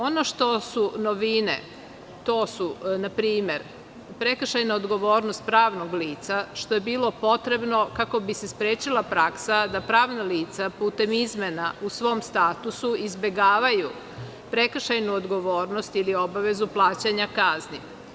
Ono što su novine, to su npr. prekršajna odgovornost pravnog lica, što je bilo potrebno kako bi se sprečila praksa da pravna lica putem izmena u svom statusu izbegavaju prekršajnu odgovornost ili obavezu plaćanja kazni.